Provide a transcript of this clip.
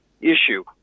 issue